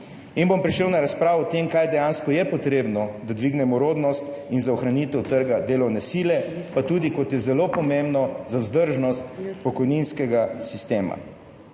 in bom prešel na razpravo o tem, kaj je dejansko potrebno, da dvignemo rodnost in da ohranimo trg delovne sile, pa tudi, kar je zelo pomembno, vzdržnost pokojninskegasistema.